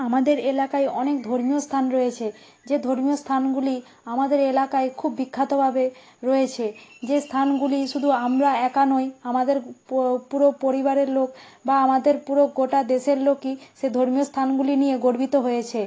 আমাদের এলাকায় অনেক ধর্মীয় স্থান রয়েছে যে ধর্মীয় স্থানগুলি আমাদের এলাকায় খুব বিখ্যাতভাবে রয়েছে যে স্থানগুলি শুধু আমরা একা নই আমাদের পুরো পরিবারের লোক বা আমাদের পুরো গোটা দেশের লোকই সে ধর্মীয় স্থানগুলি নিয়ে গর্বিত হয়েছে